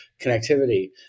connectivity